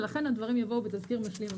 ולכן הדברים יבואו בתזכיר משלים.